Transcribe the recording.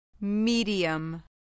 Medium